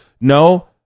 No